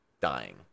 dying